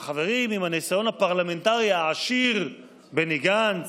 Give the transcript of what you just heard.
החברים עם הניסיון הפרלמנטרי העשיר, בני גנץ,